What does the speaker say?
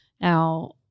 now